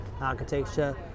architecture